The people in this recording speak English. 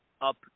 up